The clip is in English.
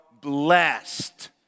blessed